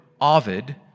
Ovid